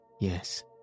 Yes